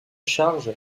charge